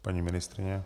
Paní ministryně.